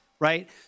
Right